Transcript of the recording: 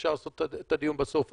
אפשר לעשות את הדיון בסוף.